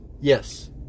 Yes